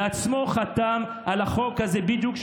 בעצמו חתם על החוק הזה בדיוק,